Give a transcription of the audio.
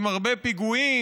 עם הרבה פיגועים,